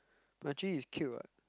but Jun-Yi is cute [what]